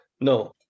No